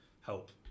help